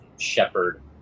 shepherd